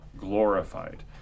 glorified